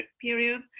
period